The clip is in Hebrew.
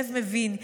לב מבין,